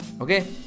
Okay